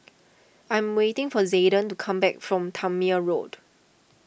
I'm waiting for Zayden to come back from Tangmere Road